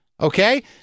Okay